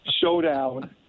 showdown